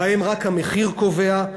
שבהם רק המחיר קובע,